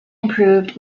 improved